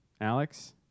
Alex